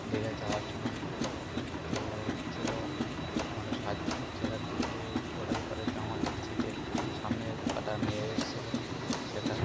দীঘায় যাওয়ার সময় তো ছিলাম আমরা সাত জন সেখান থেকে ওয়াটার ফলে তো আমাদের সিটে সামনে কটা মেয়ে এসেছিল সেটা